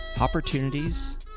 Opportunities